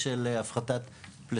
היכולת שלנו להיות ברציפות תפקוד מול